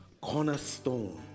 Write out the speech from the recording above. cornerstone